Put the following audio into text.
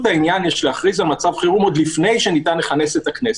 העניין יש להכריז על מצב חירום עוד לפני שניתן לכנס את הכנסת,